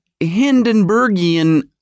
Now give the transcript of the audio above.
Hindenburgian